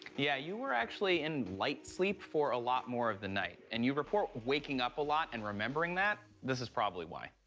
yeah, you were actually in light sleep for a lot more of the night. and you report waking up a lot and remembering that, this is probably why.